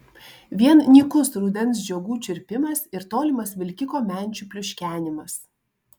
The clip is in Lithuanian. vien nykus rudens žiogų čirpinimas ir tolimas vilkiko menčių pliuškenimas